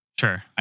Sure